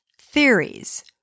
theories